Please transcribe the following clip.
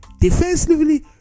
defensively